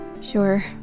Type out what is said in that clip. Sure